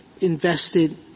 invested